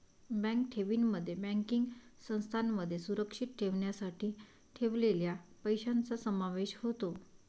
bank ठेवींमध्ये banking संस्थांमध्ये सुरक्षित ठेवण्यासाठी ठेवलेल्या पैशांचा समावेश होतो